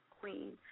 queen